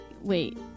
Wait